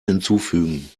hinzufügen